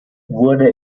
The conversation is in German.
wurde